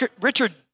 Richard